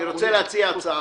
אני רוצה להציע הצעה.